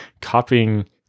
copying